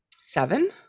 seven